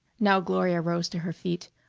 now gloria rose to her feet.